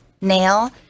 nail